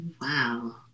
Wow